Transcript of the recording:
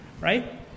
right